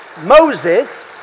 Moses